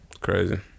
crazy